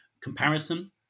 comparison